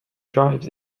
drives